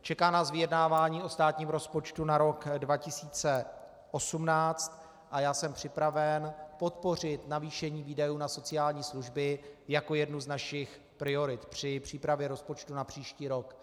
Čeká nás vyjednávání o státním rozpočtu na rok 2018 a já jsem připraven podpořit navýšení výdajů na sociální služby jako jednu z našich priorit při přípravě rozpočtu na příští rok.